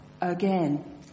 again